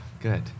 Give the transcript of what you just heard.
good